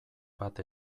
bat